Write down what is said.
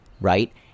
right